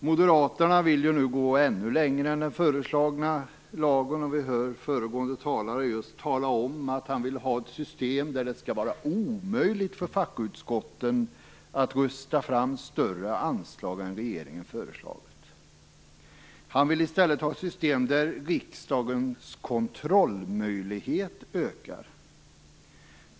Moderaterna vill nu gå ännu längre än den föreslagna lagen. Vi hörde också föregående talare tala om att han vill ha ett system som innebär att det är omöjligt för fackutskotten att rösta fram större anslag än regeringen har föreslagit. Han vill i stället ha ett system där riksdagens kontrollmöjlighet ökar.